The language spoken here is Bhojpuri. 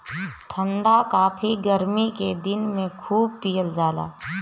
ठंडा काफी गरमी के दिन में खूब पियल जाला